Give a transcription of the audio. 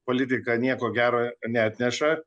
politika nieko gero neatneša